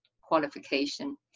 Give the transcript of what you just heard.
qualification